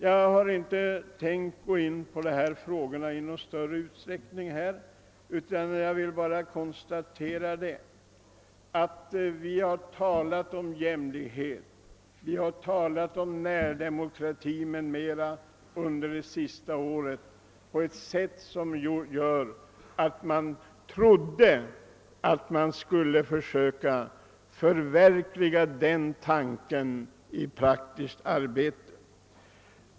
Jag har inte tänkt gå in på dessa frågor i någon större utsträckning utan vill bara konstatera att vi har talat om jämlikhet och närdemokrati m.m. under det senaste året på ett sådant sätt att man trodde att försök skulle göras att omsätta dessa tankar i praktisk handling.